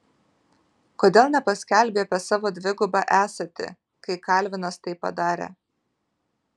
kodėl nepaskelbei apie savo dvigubą esatį kai kalvinas tai padarė